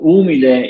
umile